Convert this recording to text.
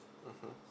mmhmm